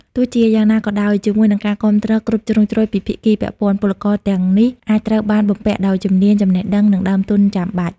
ទោះជាយ៉ាងណាក៏ដោយ ជាមួយនឹងការគាំទ្រគ្រប់ជ្រុងជ្រោយពីភាគីពាក់ព័ន្ធ ពលករទាំងនេះអាចត្រូវបានបំពាក់ដោយជំនាញ ចំណេះដឹង និងដើមទុនចាំបាច់ ។